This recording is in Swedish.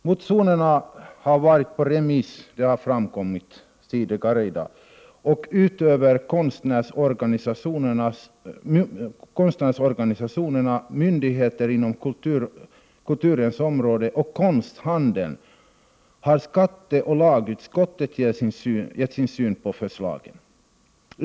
Motionerna har varit på remiss, och utöver konstnärsorganisationerna, myndigheter inom kulturens område och konsthandeln har skatteoch lagutskotten gett sin syn på förslagen.